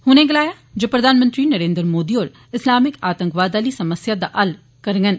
उनें गलाया जे प्रधानमंत्री नरेन्द्र मोदी होर इस्लामिक आतंकवाद आली समस्या दा हल करगंन